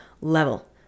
level